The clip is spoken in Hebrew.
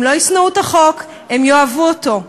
הם לא ישנאו את החוק, הם יאהבו אותו.